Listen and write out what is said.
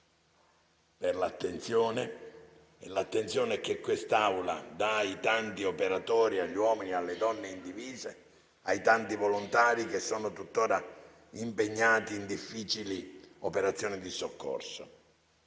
per l'attenzione che dà ai tanti operatori, agli uomini e alle donne in divisa, ai tanti volontari che sono tuttora impegnati in difficili operazioni di soccorso.